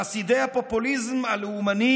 חסידי הפופוליזם הלאומני